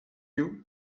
you